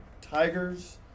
Tigers